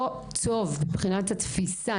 לא טוב מבחינת התפיסה.